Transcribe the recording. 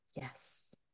Yes